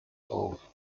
auf